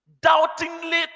Doubtingly